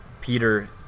Peter